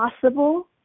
possible